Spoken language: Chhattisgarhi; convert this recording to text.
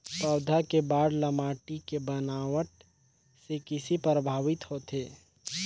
पौधा के बाढ़ ल माटी के बनावट से किसे प्रभावित होथे?